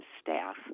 staff